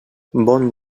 bon